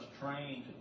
trained